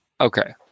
Okay